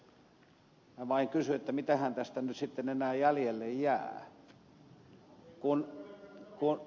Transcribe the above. minä vain kysyn että mitähän tästä nyt sitten enää jäljelle jää